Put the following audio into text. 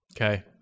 Okay